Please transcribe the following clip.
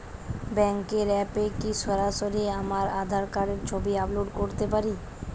ব্যাংকের অ্যাপ এ কি সরাসরি আমার আঁধার কার্ডের ছবি আপলোড করতে পারি?